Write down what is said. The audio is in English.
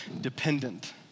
Dependent